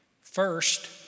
First